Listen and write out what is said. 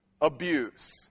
abuse